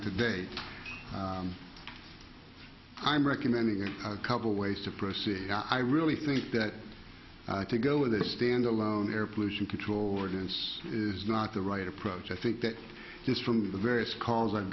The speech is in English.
today i'm recommending a couple ways to proceed i really think that to go with a standalone air pollution control ordinance is not the right approach i think that is from the various calls i've